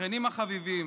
השכנים החביבים